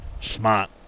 Smart